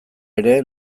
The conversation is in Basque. ere